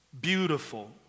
beautiful